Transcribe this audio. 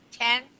Ten